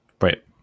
right